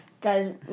guys